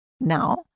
now